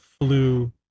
flu